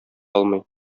алмый